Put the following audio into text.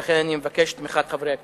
ולכן אני מבקש את תמיכת חברי הכנסת.